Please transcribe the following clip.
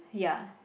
ya